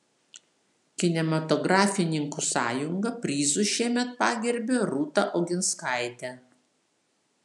kinematografininkų sąjunga prizu šiemet pagerbė rūta oginskaitę